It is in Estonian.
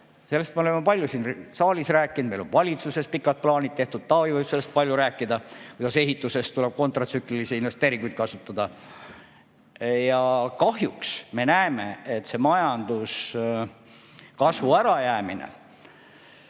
Sellest me oleme palju siin saalis rääkinud, meil olid valitsuses pikad plaanid tehtud. Taavi võib ka sellest palju rääkida, kuidas ehituses tuleb kontratsüklilisi investeeringuid kasutada. Kahjuks me näeme, et majanduskasvu ärajäämine